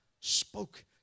spoke